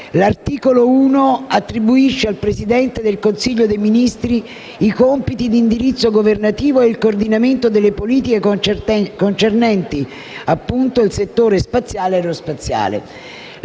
l'articolo 1 attribuisce al Presidente del Consiglio dei ministri i compiti di indirizzo governativo e il coordinamento delle politiche concernenti, appunto, il settore spaziale e aerospaziale.